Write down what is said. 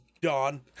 Dawn